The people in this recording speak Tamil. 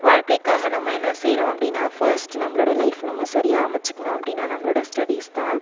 வாழ்க்கைக்காக நம்ம என்ன செய்கிறோம் அப்படினா ஃபர்ஸ்ட் நம்மளோடய லைஃப் நம்ம சரியாக அமைச்சிக்கணும் அப்படினா நம்மளோடய ஸ்டடீஸ் தான்